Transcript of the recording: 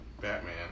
Batman